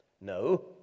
no